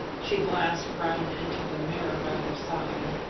she glanced round into the mirror by their side,